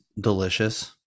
delicious